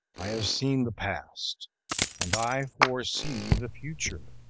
i have seen the past and i foresee the future.